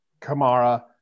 Kamara